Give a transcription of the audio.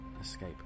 escape